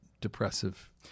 depressive